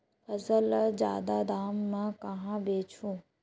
फसल ल जादा दाम म कहां बेचहु?